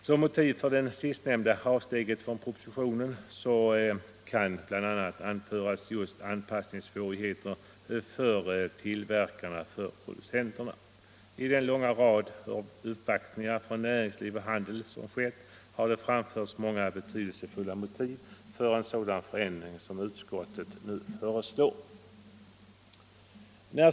Som motiv för det sistnämnda avsteget från propositionen kan bl.a. anföras anpassningssvårigheter för producenterna. I den långa rad av uppvaktningar från näringsliv och handel som skett har det framförts många betydelsefulla motiv för en sådan förändring som utskottet nu föreslår.